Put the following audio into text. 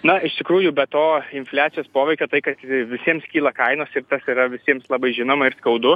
na iš tikrųjų be to infliacijos poveikio tai kad visiems kyla kainos ir tas yra visiems labai žinoma ir skaudu